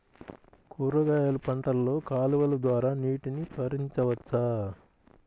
కూరగాయలు పంటలలో కాలువలు ద్వారా నీటిని పరించవచ్చా?